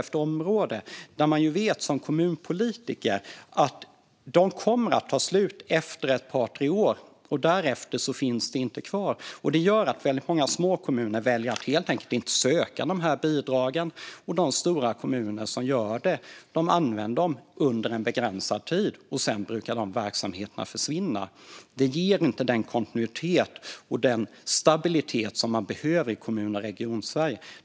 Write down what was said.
Som kommunpolitiker vet man att de pengarna kommer att ta slut efter ett par tre år, och därefter finns de inte kvar. Det gör att väldigt många små kommuner väljer att helt enkelt inte söka de här bidragen. De stora kommuner som gör det använder pengarna under begränsad tid, och sedan brukar de verksamheterna försvinna. Det ger inte den kontinuitet och stabilitet som man behöver i kommuner och regioner i Sverige.